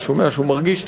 אני שומע שהוא מרגיש טוב,